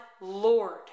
Lord